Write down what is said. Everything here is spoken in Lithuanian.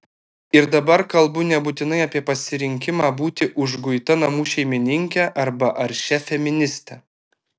ir dabar kalbu nebūtinai apie pasirinkimą būti užguita namų šeimininke arba aršia feministe